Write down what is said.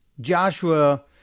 Joshua